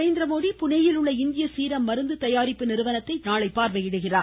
நரேந்திரமோடி புனேயில் உள்ள இந்திய சீரம் மருந்து தயாரிப்பு நிறுவனத்தை நாளை பார்வையிடுகிறார்